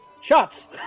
Shots